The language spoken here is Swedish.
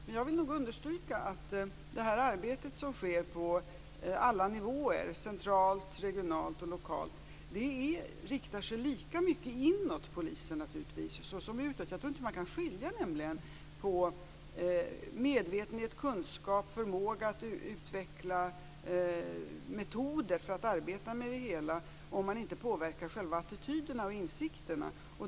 Men jag vill noga understryka att det arbete som sker på alla nivåer - centralt, regionalt och lokalt - naturligtvis riktar sig lika mycket inåt som utåt till polisen. Jag tror nämligen inte att man kan skilja på medvetenhet, kunskap och förmåga att utveckla metoder för att arbeta med det hela om man inte påverkar själva attityderna och insikterna.